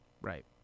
Right